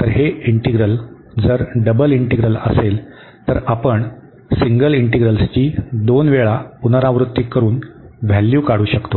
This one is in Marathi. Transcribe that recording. तर हे इंटीग्रल जर डबल इंटीग्रल असेल तर आपण सिंगल इंटिग्रल्सची दोनवेळा पुनरावृत्ती करून व्हॅल्यू काढू शकतो